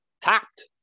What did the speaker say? tapped